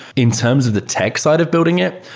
in terms of the tech side of building it,